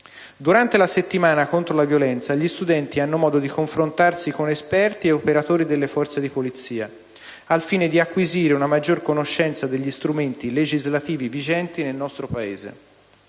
Durante la settimana contro la violenza, gli studenti hanno modo di confrontarsi con esperti e operatori delle forze di polizia, al fine di acquisire una maggiore conoscenza degli strumenti legislativi vigenti nel nostro Paese.